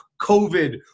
COVID